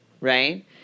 right